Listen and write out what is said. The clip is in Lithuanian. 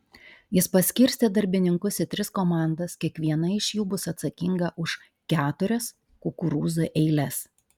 jis paskirstė darbininkus į tris komandas kiekviena iš jų bus atsakinga už keturias kukurūzų eiles